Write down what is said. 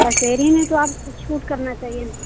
पसेरी में तो आप कुछ छूट करना चाहिए